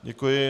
Děkuji.